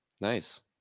Nice